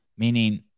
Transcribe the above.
Meaning